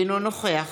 אינו נוכח